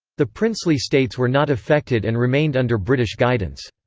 the princely states were not affected and remained under british guidance.